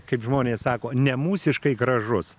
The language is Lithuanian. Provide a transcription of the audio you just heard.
kaip žmonės sako nemūsiškai gražus